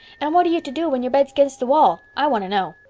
and what are you to do when your bed's against the wall? i want to know.